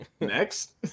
Next